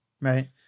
Right